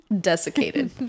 desiccated